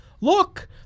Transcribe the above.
Look